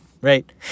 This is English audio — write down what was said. right